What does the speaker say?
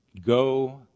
Go